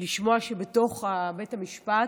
לשמוע שהשופט, בתוך בית המשפט,